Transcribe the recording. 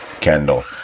Kendall